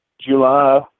July